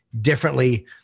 differently